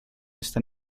esta